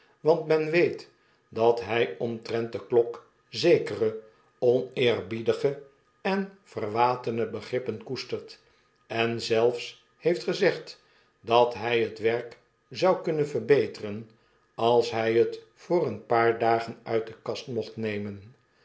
want men weet dat hy omtrent de klok zekere oneerbiedige en verwatene begrippen koestert en zelfs heeft gezegd dat hij het werk zou kunnen verbeteren als hy het voor een paar dagen uit de kast mocht nemen